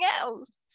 else